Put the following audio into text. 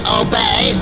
obey